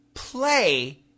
play